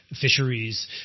fisheries